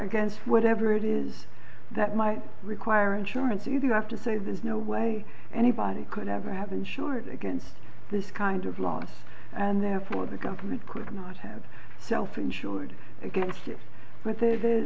against whatever it is that might require insurance you have to say there's no way anybody could ever have insured against this kind of loss and therefore the government could not have self insured against it but there